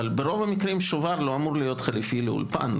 ברוב המקרים שובר לא אמור להיות חליפי לאולפן.